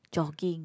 jogging